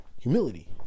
humility